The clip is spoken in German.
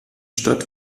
stadt